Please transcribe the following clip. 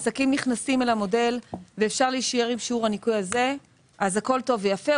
עסקים נכנסים למודל ואפשר להישאר עם שיעור הניכוי הזה אז הכול טוב ויפה,